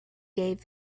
gave